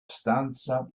stanza